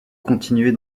continuer